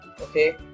okay